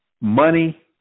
money